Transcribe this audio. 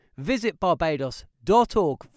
visitbarbados.org